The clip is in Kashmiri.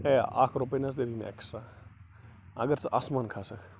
ہے اَکھ رۄپاے نَہ حظ تَری نہٕ ایٚکٕسٹرا اگر ژٕ آسمان کھسکھ